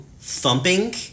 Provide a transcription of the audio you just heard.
thumping